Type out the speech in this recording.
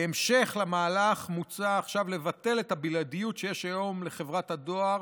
בהמשך למהלך מוצע עכשיו לבטל את הבלעדיות שיש היום לחברת הדואר